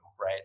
Right